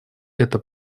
это